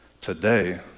today